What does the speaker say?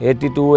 82